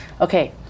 Okay